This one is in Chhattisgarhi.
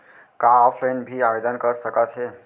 का ऑफलाइन भी आवदेन कर सकत हे?